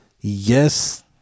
Yes